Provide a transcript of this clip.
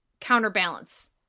counterbalance